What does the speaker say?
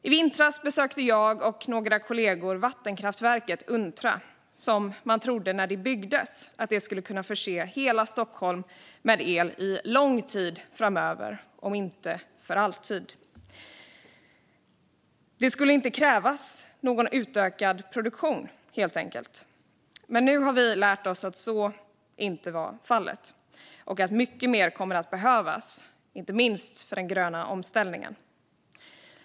I vintras besökte jag och några kollegor vattenkraftverket Untra, som man, när det byggdes, trodde skulle kunna förse hela Stockholm med el i lång tid framöver, om inte för alltid. Det skulle inte krävas någon utökad produktion, helt enkelt. Nu har vi dock lärt oss att så inte var fallet och att mycket mer kommer att behövas, inte minst för den gröna omställningen.